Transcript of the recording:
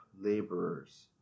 laborers